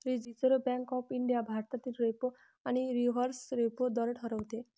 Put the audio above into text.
reserve bank of India भारतातील repo आणि reverse repo दर ठरवते